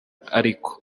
ariko